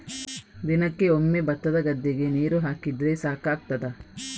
ದಿನಕ್ಕೆ ಒಮ್ಮೆ ಭತ್ತದ ಗದ್ದೆಗೆ ನೀರು ಹಾಕಿದ್ರೆ ಸಾಕಾಗ್ತದ?